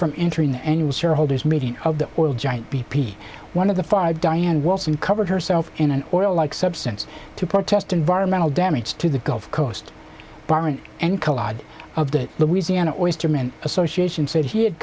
from entering the annual shareholders meeting of the oil giant b p one of the five diane watson covered herself in an oil like substance to protest environmental damage to the gulf coast current and collide of the louisiana oystermen association said he had